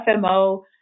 FMO